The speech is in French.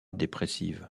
dépressive